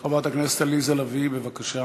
חברת הכנסת עליזה לביא, בבקשה.